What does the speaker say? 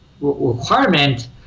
requirement